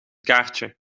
kaartje